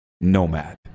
nomad